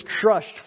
crushed